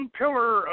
pillar